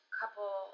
couple